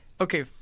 okay